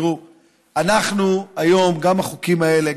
גם החוקים האלה,